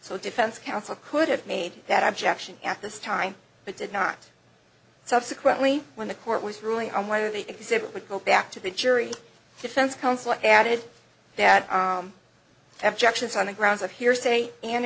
so defense counsel could have made that objection at this time but did not subsequently when the court was ruling on whether the exhibit would go back to the jury defense counsel added that i have jackson's on the grounds of hearsay an